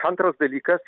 antras dalykas